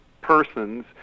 persons